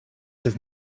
have